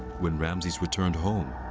when ramses returned home,